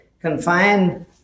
confine